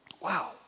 wow